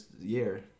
year